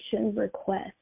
request